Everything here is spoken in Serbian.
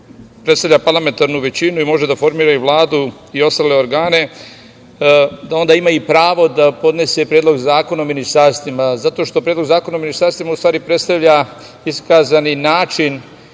predstavlja parlamentarnu većinu, može da formira Vlada i ostale organe, da onda ima i pravo da podnese Predlog zakona o ministarstvima. Zato što Predlog zakona o ministarstvima predstavlja iskazani način